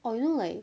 oh you know like